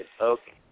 Okay